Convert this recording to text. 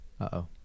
Uh-oh